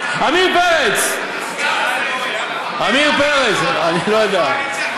עמיר פרץ, עמיר פרץ, אני לא יודע,